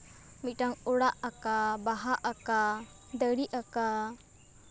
ᱢᱤᱫᱴᱟᱝ ᱚᱲᱟᱜ ᱟᱸᱠᱟᱣ ᱵᱟᱦᱟ ᱟᱸᱠᱟᱣ ᱫᱟᱨᱮ ᱟᱸᱠᱟᱣ